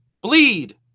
bleed